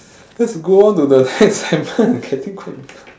let's go on to the next segment I'm getting quite